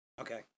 Okay